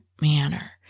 manner